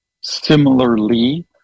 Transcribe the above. similarly